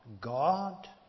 God